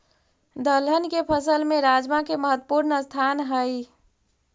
दलहन के फसल में राजमा के महत्वपूर्ण स्थान हइ